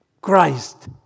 Christ